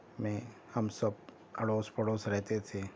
میں ہم سب اڑوس پڑوس رہتے تھے